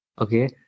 okay